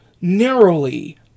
narrowly